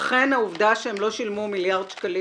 אכן העובדה שהם לא שילמו מיליארד שקלים